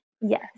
Yes